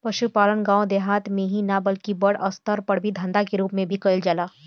पसुपालन गाँव देहात मे ही ना बल्कि बड़ अस्तर पर धंधा के रुप मे भी कईल जाला